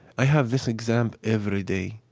i have this example every day,